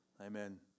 Amen